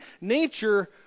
nature